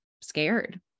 scared